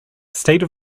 state